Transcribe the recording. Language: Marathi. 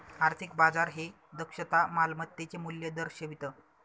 आर्थिक बाजार हे दक्षता मालमत्तेचे मूल्य दर्शवितं